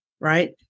right